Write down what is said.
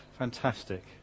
Fantastic